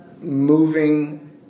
moving